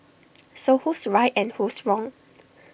so who's right and who's wrong